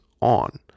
on